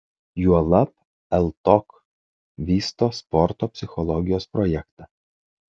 juolab ltok vysto sporto psichologijos projektą